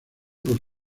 por